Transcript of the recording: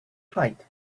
height